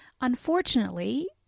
unfortunately